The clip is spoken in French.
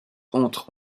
entrent